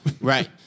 Right